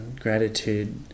Gratitude